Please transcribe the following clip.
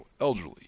elderly